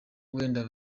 wenda